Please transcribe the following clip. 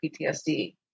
PTSD